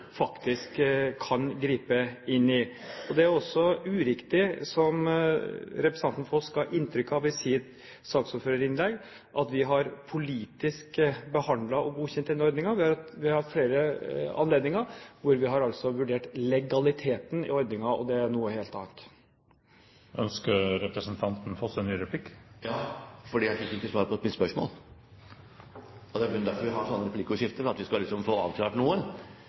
faktisk kan gripe inn i. Det er også uriktig, som representanten Foss ga inntrykk av i sitt saksordførerinnlegg, at vi har politisk behandlet og godkjent denne ordningen. Vi har ved flere anledninger vurdert legaliteten i denne ordningen, og det er noe helt annet. Ønsker representanten Foss en ny replikk? Ja, fordi jeg ikke fikk svar på mitt spørsmål. Det er i grunnen derfor vi har sånne replikkordskifter, for at vi skal få avklart